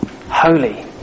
Holy